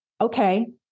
okay